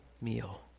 meal